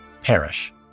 perish